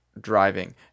driving